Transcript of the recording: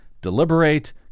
deliberate